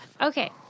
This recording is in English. Okay